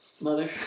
Mother